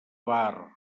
bar